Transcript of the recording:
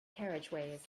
carriageways